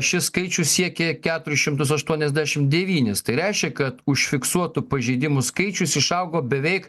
šis skaičius siekė keturis šimtus aštuoniasdešim devynis tai reiškia kad užfiksuotų pažeidimų skaičius išaugo beveik